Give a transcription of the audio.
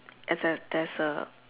as a there's a